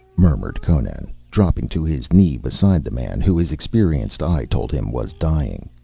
murmured conan, dropping to his knee beside the man, who his experienced eye told him was dying.